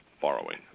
borrowing